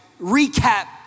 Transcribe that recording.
recap